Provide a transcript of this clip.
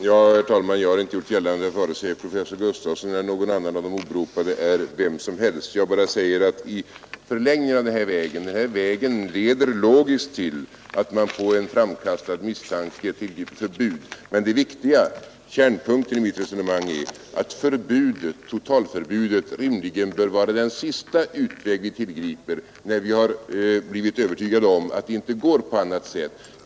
Herr talman! Jag har inte gjort gällande att vare sig professor Gustafsson eller någon annan av de åberopade är vem som helst. Jag bara säger att den här vägen logiskt leder till att man på en framkastad misstanke bygger förbud. Men det viktiga, kärnpunkten, i mitt resonemang är att totalförbudet rimligen bör vara den sista utväg vi tillgriper när vi har blivit övertygade om att det inte går på annat sätt.